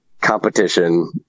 competition